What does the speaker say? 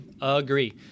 agree